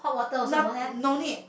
not~ no need